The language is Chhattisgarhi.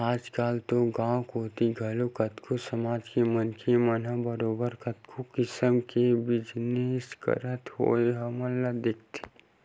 आजकल तो गाँव कोती घलो कतको समाज के मनखे मन ह बरोबर कतको किसम के बिजनस करत होय हमन ल दिखथे